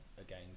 again